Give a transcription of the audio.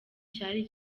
cyari